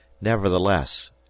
NEVERTHELESS